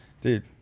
dude